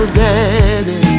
daddy